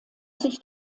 sich